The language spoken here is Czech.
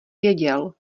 věděl